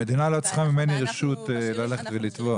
המדינה לא צריכה לקבל ממני רשות ללכת ולתבוע.